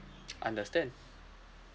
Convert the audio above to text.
understand